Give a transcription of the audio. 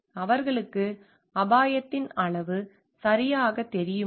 எனவே அவர்களுக்கு அபாயத்தின் அளவு சரியாகத் தெரியுமா